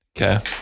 Okay